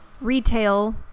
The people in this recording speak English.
retail